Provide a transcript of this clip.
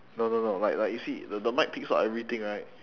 no no no like like you see the mic picks up everything right